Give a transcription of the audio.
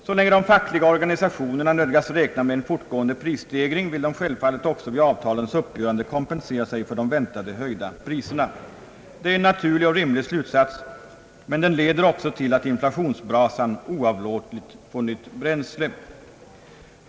Så länge de fackliga organisationerna nödgas räkna med en fortgående prisstegring vill de självfallet också vid avtalens uppgörande kompensera sig för de väntade höjda priserna. Det är en naturlig och rimlig slutsats, men den leder också till att inflationsbrasan oavlåtligt får nytt bränsle.